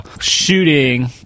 shooting